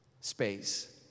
space